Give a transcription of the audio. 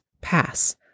pass